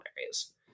areas